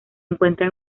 encuentra